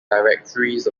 directories